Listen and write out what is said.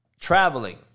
Traveling